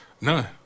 None